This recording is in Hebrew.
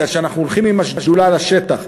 כשאנחנו הולכים עם השדולה לשטח,